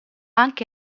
anche